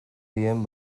dien